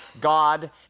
God